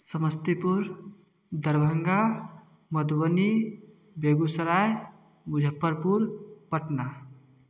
Samastipur Darbhanga Madhubani Begusarai Muzaffarpur Patna